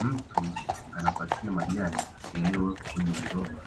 Mtu anapakia majani yaliyiwekwa kwenye viroba